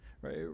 right